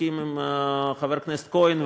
ומסכים עם חבר הכנסת כהן,